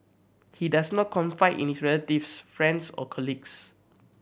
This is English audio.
he does not confide in his relatives friends or colleagues